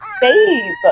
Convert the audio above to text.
Babe